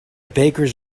bakers